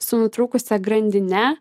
su nutrūkusia grandine